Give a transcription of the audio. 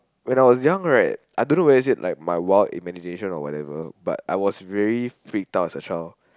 when I was young right I don't know whether is it like my wild imagination or whatever but I was very freaked out as a child